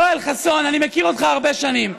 יואל חסון, אני מכיר אותך הרבה שנים.